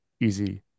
easy